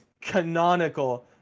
canonical